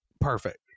Perfect